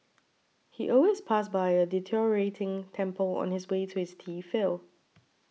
he always passed by a deteriorating temple on his way to his tea field